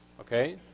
okay